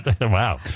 Wow